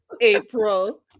April